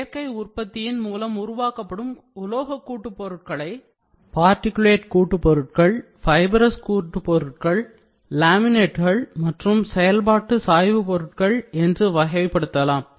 சேர்க்கை உற்பத்தியின் மூலம் உருவாக்கப்படும் உலோக கூட்டுப் பொருட்களை பார்ட்டிகுலேட் கூட்டுப்பொருட்கள் ஃபைப்ரஸ் கூட்டுப் பொருட்கள் லாமினேட்கள் மற்றும் செயல்பாட்டு சாய்வு பொருட்கள் என்று வகைப்படுத்தலாம்